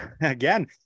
again